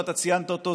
ואתה ציינת אותו,